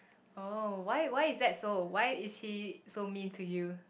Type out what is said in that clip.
oh why why is that so why is he so mean to you